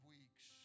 Weeks